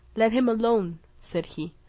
let him alone, said he,